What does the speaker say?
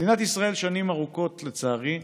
מדינת ישראל, שנים ארוכות, לצערי,